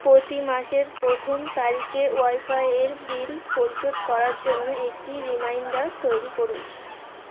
পতি মাসের প্রথম তারিখে ওয়াইফাই এর বিল পরিশোধ করার জন্য একটি রিমাইন্ডার তৈরি করুন